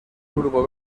grupo